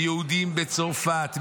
מיהודים בצרפת,